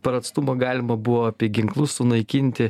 per atstumą galima buvo apie ginklus sunaikinti